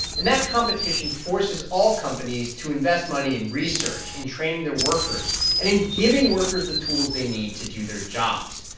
and that competition forces all companies to invest money in research, in training their workers and in giving workers the tools they need to do their jobs.